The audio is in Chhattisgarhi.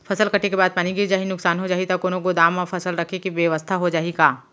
फसल कटे के बाद पानी गिर जाही, नुकसान हो जाही त कोनो गोदाम म फसल रखे के बेवस्था हो जाही का?